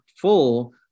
full